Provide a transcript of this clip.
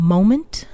Moment